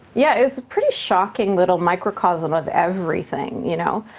yeah, it's a pretty shocking little microcosm of everything, you know?